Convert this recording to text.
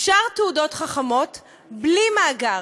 אפשר תעודות חכמות בלי מאגר.